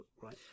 right